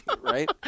right